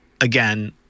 again